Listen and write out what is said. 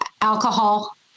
alcohol